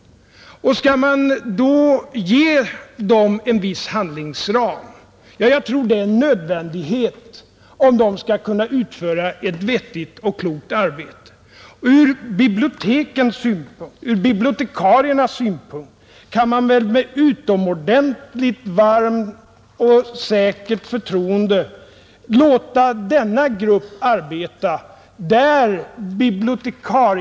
Skall man då ge dem en viss handlingsram? Jag tror att det är en nödvändighet, om de skall kunna utföra ett vettigt arbete. Ur bibliotekens och bibliotekariernas synpunkt kan man väl med utomordentligt varmt förtroende låta denna grupp arbeta.